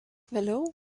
vėliau